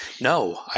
No